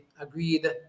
agreed